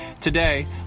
Today